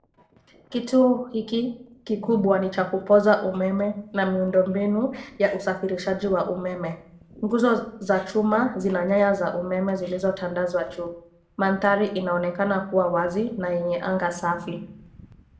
Kituo hiki kikubwa ni cha kupoza umeme na miundombinu ya usafirishaji wa umeme. Nguzo za chuma zina nyaya za umeme zilizotandazwa juu. Mandhari inaonekana kuwa wazi na yenye anga safi.